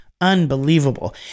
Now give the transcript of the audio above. Unbelievable